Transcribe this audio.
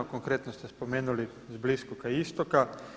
Konkretno ste spomenuli s Bliskoga istoka.